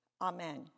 Amen